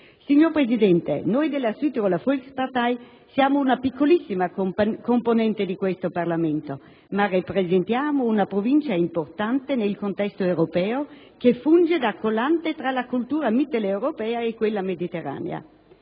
Signora Presidente, noi della Südtiroler Volkspartei siamo una piccolissima componente di questo Parlamento, ma rappresentiamo una Provincia importante nel contesto europeo che funge da collante tra la cultura mitteleuropea e quella mediterranea.